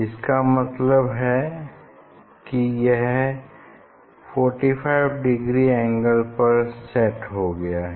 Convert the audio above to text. इसका मतलब है कि यह 45 डिग्री एंगल पर सेट हो गया है